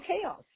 chaos